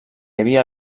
havia